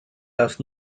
does